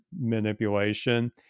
manipulation